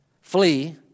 flee